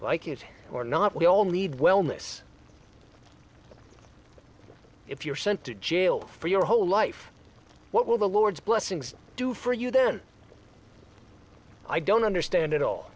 like it or not we all need wellness if you're sent to jail for your whole life what will the lord's blessings do for you then i don't understand it all